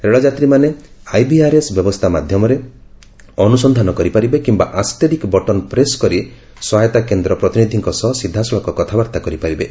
ରେଳଯାତ୍ରୀମାନେ IVRS ବ୍ୟବସ୍ଥା ମାଧ୍ୟମରେ ଅନୁସନ୍ଧାନ କରିପାରିବେ କିିୟା ଆଷ୍ଟେରିକ୍ ବଟନ୍ ପ୍ରେସ୍ କରି ସହାୟତା କେନ୍ଦ୍ର ପ୍ରତିନିଧିଙ୍କ ସହିତ କଥାବାର୍ତ୍ତା କରିପାରିବେ